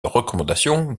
recommandation